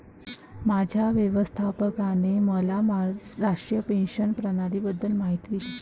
माझ्या व्यवस्थापकाने मला राष्ट्रीय पेन्शन प्रणालीबद्दल माहिती दिली